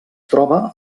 troba